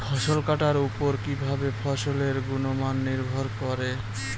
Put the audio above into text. ফসল কাটার উপর কিভাবে ফসলের গুণমান নির্ভর করে?